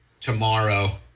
tomorrow